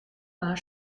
war